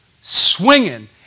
Swinging